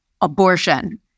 abortion